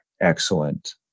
excellent